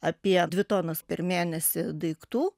apie dvi tonas per mėnesį daiktų